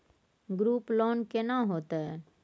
Group loan केना होतै?